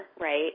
right